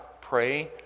Pray